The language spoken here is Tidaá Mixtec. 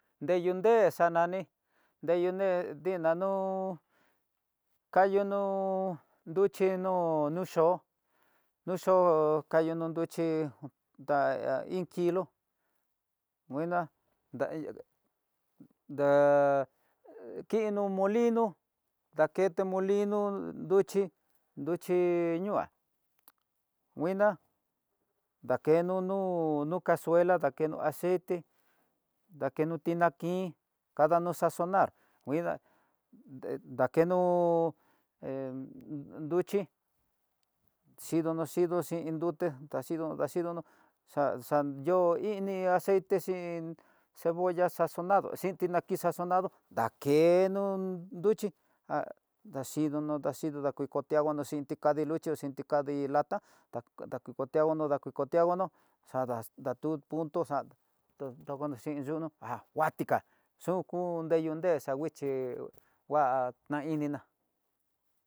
Deyunexa nani, deyune niná no'o kayono nruchi no xo'o no xo'o kayino nruchí daya iin kilo nguina, dayade nda kino molino ndakete molino, nruchi nruchi nu'á nguina dakeno no casuela nakeno no aceite, dakeno tinakin kadano xaxonar kuida ndakeno em nduxhi, xhidono xhin nduté daxhi daxhidono xa xa yi'ó ini aceite xhin cebolla sasonado, xhin tinakin sasonado dakeno nruxhi daxhidono daxhino xhin tikadi luxhi ha xhin tikadi lata, dakukotianguano, dakukotianguano xada xa ku punto xan nruku no xhi yunu ha nguatika yuku nreyu nre xa nguixhi ngua na ininá.